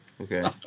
Okay